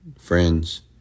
friends